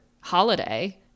holiday